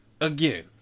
again